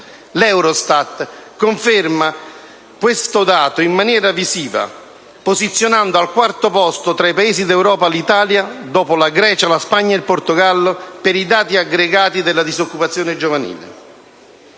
L'Eurostat conferma questo dato in maniera visiva, posizionando l'Italia al quarto posto tra i Paesi d'Europa, dopo Grecia, Spagna e Portogallo, per i dati aggregati della disoccupazione giovanile.